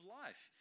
life